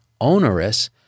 onerous